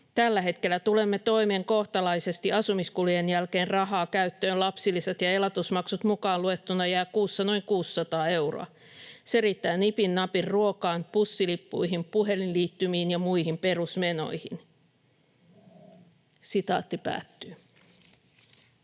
Tällä hetkellä tulemme toimeen kohtalaisesti, asumiskulujen jälkeen rahaa käyttöön lapsilisät ja elatusmaksut mukaan luettuna jää kuussa noin 600 euroa. Se riittää nipin napin ruokaan, bussilippuihin, puhelinliittymiin ja muihin perusmenoihin.” [Speech